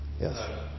Yes